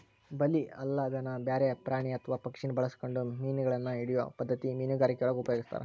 ಬಲಿ ಅಲ್ಲದನ ಬ್ಯಾರೆ ಪ್ರಾಣಿ ಅತ್ವಾ ಪಕ್ಷಿನ ಬಳಸ್ಕೊಂಡು ಮೇನಗಳನ್ನ ಹಿಡಿಯೋ ಪದ್ಧತಿ ಮೇನುಗಾರಿಕೆಯೊಳಗ ಉಪಯೊಗಸ್ತಾರ